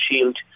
Shield